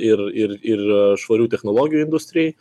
ir ir ir švarių technologijų industrijai